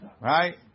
Right